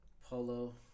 Polo